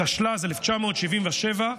התשל"ז 1977,